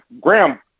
Graham